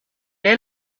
est